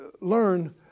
learn